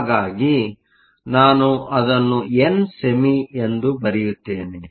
ಹಾಗಾಗಿ ನಾನು ಅದನ್ನು ಎನ್ ಸೆಮಿ ಎಂದು ಬರೆಯುತ್ತೇನೆ